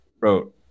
wrote